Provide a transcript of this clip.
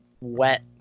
wet